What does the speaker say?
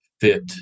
fit